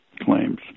claims